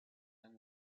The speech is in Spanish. tan